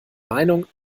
meinung